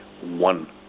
one